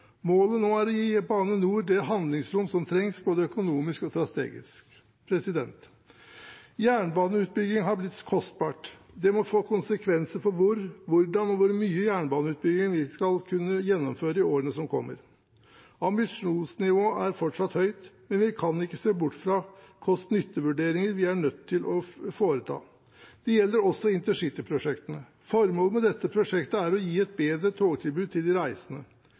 Målet nå er å gi Bane NOR det handlingsrom som trengs, både økonomisk og strategisk. Jernbaneutbygging har blitt kostbart. Det må få konsekvenser for hvor, hvordan og hvor mye jernbaneutbygging vi skal kunne gjennomføre i årene som kommer. Ambisjonsnivået er fortsatt høyt, men vi kan ikke se bort fra kost–nytte-vurderinger vi er nødt til å foreta. Det gjelder også intercityprosjektene. Formålet med disse prosjektene er å gi et bedre togtilbud til de reisende.